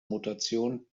mutation